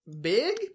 big